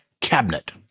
Cabinet